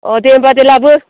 अह दे होम्बा दे लाबो